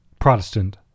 Protestant